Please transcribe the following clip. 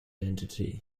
identity